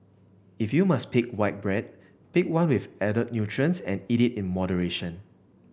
if you must pick white bread pick one with added nutrients and eat it in moderation